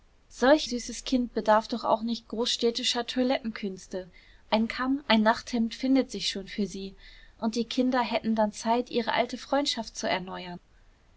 solch süßes kind bedarf doch nicht großstädtischer toilettenkünste ein kamm ein nachthemd findet sich schon für sie und die kinder hätten dann zeit ihre alte freundschaft zu erneuern